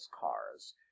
cars